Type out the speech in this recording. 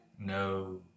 No